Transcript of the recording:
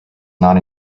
not